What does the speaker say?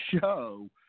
show